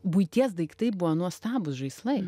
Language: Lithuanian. buities daiktai buvo nuostabūs žaislai